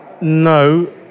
No